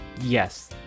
Yes